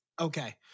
Okay